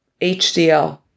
HDL